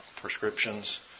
prescriptions